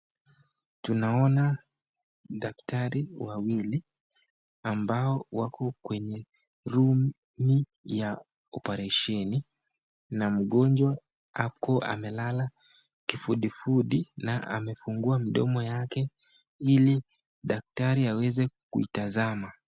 Tunaona Daktari wawili ambao wako kwenye rumi ya oparesheni na mgonjwa ako amelala kifudifudi na amefungua mdomo yake ili daktari aweze kuitazama.